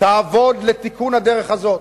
תעבוד לתיקון הדרך הזאת.